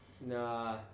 Nah